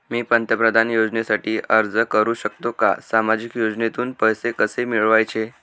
मी पंतप्रधान योजनेसाठी अर्ज करु शकतो का? सामाजिक योजनेतून पैसे कसे मिळवायचे